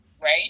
right